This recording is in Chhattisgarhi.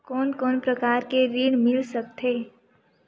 कोन कोन प्रकार के ऋण मिल सकथे?